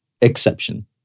exception